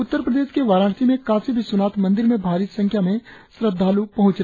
उत्तर प्रदेश के वाराणसी में काशी विश्वनाथ मंदिर में भारी संख्या में श्रद्धांलू पहुंच रहे है